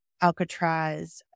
Alcatraz